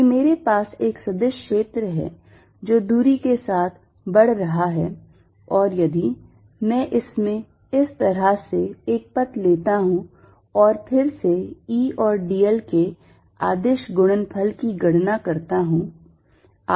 यदि मेरे पास एक सदिश क्षेत्र है जो दूरी के साथ बढ़ रहा है और यदि मैं इसमें इस तरह से एक पथ लेता हूं और फिर से E और dl के अदिश गुणनफल की गणना करता हूं